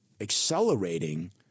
accelerating